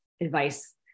advice